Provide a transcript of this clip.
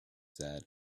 that